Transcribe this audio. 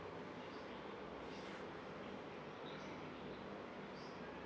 um